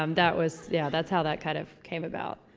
um that was, yeah that's how that kind of came about.